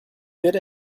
good